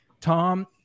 tom